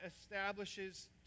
establishes